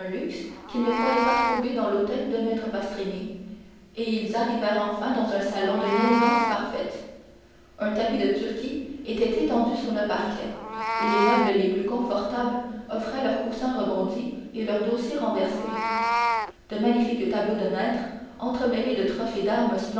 qu'ils ne croyaient pas trouver dans l'hôtel de maître pastrini et ils arrivèrent enfin dans un salon d'une élégance parfaite un tapis de turquie était tendu sur le parquet et les meubles les plus confortables offraient leurs coussins rebondis et leurs dossiers renversés de magnifiques tableaux de maîtres entremêlés de trophées d'armes